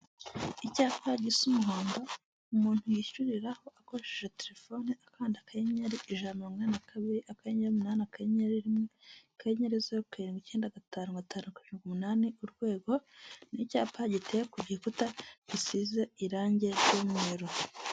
Icyapa gisa umuhodo umuntu yishyuriraho akoresheje telefone akanda akanyeri ijana na mirongo inani na kabiri akanyenyeri, umunani, akanyenyeri rimwe akanyerezo, zeru karindi ikenda gatanu, gatanu, karindwi umunani urwego, ni icyapa giteye ku gikuta gisize irangi ry'umweru.